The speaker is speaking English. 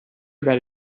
that